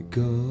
go